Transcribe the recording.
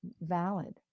Valid